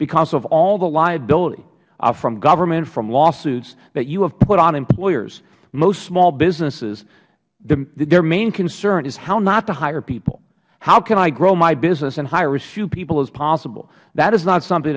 because of all the liability from government from lawsuits that you have put on employers most small businesses main concern is how not to hire people how can i grow my business and hire as few people as possible that is not something